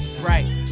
Right